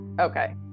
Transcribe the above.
Okay